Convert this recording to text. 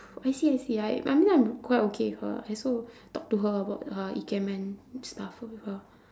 I see I see I I mean I'm quite okay with her lah I also talk to her about uh ikemen and stuff with her